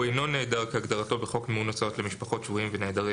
והוא אינו נעדר כהגדרתו בחוק מימון הוצאות למשפחות שבויים ונעדרים,